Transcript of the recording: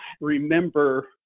remember